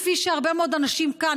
כפי שהרבה מאוד אנשים כאן,